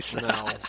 No